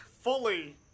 fully